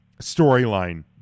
storyline